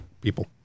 people